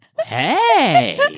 Hey